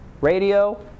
radio